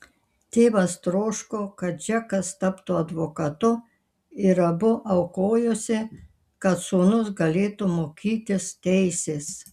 tėvas troško kad džekas taptų advokatu ir abu aukojosi kad sūnus galėtų mokytis teisės